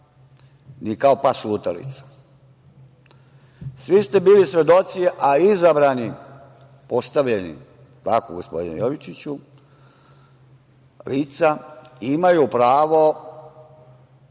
ni kao pas lutalica. Svi ste bili svedoci, a izabrana, postavljena, jel tako, gospodine Jovičiću, lica imaju pravo